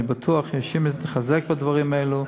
אני בטוח שאם נחזק את הדברים האלו,